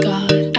God